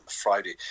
Friday